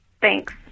Thanks